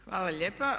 Hvala lijepa.